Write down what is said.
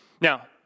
Now